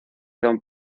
don